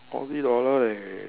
forty dollar leh